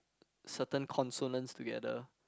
certain consonants together